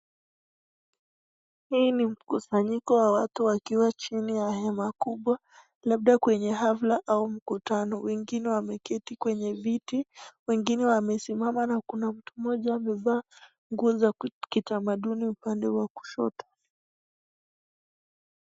Hii ni mkusanyiko wa watu wakiwa chini ya hema kubwa, labda kwenye hafla au mkutano. Wengine wameketi kwenye viti, wengine wamesimama na kuna mtu mmoja amevaa nguo za kitamaduni upande wa kushoto.